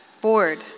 bored